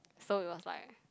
so it was like